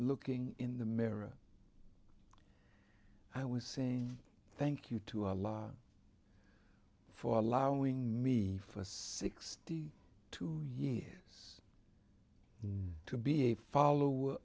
looking in the mirror i was saying thank you to a lot for allowing me for sixty two years to be a follower